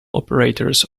operators